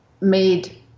made